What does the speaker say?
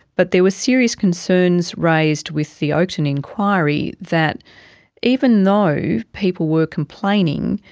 but there were serious concerns raised with the oakden enquiry that even though people were complaining,